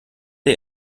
der